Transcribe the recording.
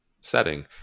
setting